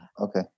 Okay